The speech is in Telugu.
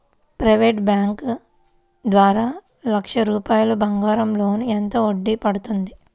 ప్రైవేట్ బ్యాంకు ద్వారా లక్ష రూపాయలు బంగారం లోన్ ఎంత వడ్డీ పడుతుంది?